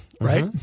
right